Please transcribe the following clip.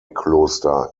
kloster